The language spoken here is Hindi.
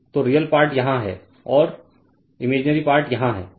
तो रियल पार्ट यहाँ है और इमेजिनरी पार्ट यहाँ है